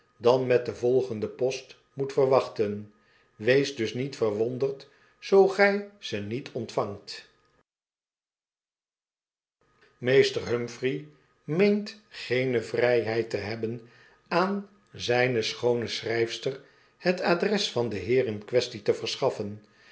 dan met de volgende post moet verwachten wees dus niet verwonderd zoo gy ze niet ontvangt meester humphrey meent geene vrflheid te hebben aan zyne schoone schryfster het adres van den heer in quaestie te verschaffen